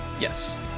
Yes